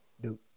Duke